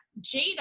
Jada